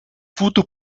voodoo